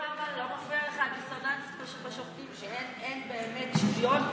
לא מפריע לך הדיסוננס בשופטים, שאין באמת שוויון?